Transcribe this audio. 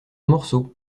morceau